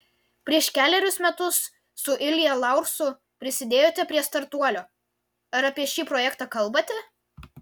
prieš kelerius metus su ilja laursu prisidėjote prie startuolio ar apie šį projektą kalbate